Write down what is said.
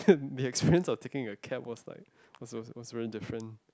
the experience of like taking a cab was like was was was really different